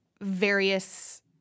various